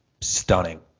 stunning